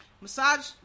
massage